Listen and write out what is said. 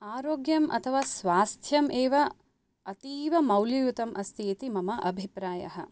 आरोग्यम् अथवा स्वास्थ्यम् एव अतीवमौल्ययुतम् अस्तीति मम अभिप्रायः